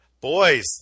Boys